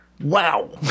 Wow